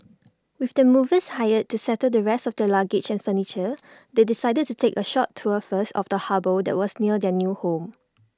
with the movers hired to settle the rest of their luggage and furniture they decided to take A short tour first of the harbour that was near their new home